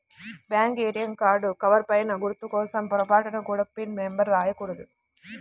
bank ATM card cover పైన గుర్తు కోసం పొరపాటున కూడా పిన్ నెంబర్ రాయకూడదు